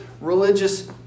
religious